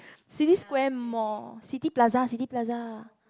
City Square Mall City Plaza City Plaza